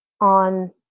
on